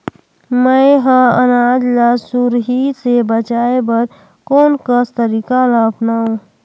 मैं ह अनाज ला सुरही से बचाये बर कोन कस तरीका ला अपनाव?